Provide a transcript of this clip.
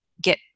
get